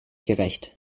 gerecht